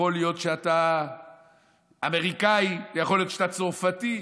יכול להיות שאתה אמריקאי, יכול להיות שאתה צרפתי,